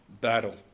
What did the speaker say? battle